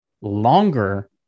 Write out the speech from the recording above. longer